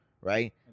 Right